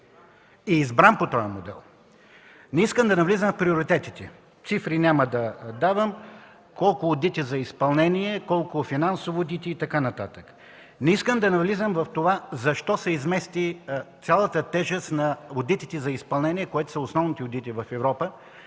е избран по този модел. Не искам да навлизам в приоритетите, няма да давам цифри колко одити за изпълнение, колко финансови одити и така нататък. Не искам да навлизам в това защо се измести цялата тежест на одитите за изпълнения, които са основните одити в Европа